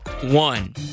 one